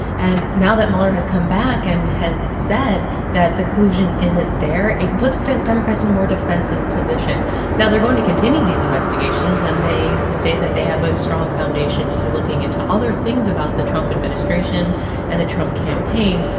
and now that mueller has come back and has said that the collusion isn't there, it puts democrats in a more defensive position now, they're going to continue these investigations, and they say that they have a strong foundation to be looking into other things about the trump administration and the trump campaign.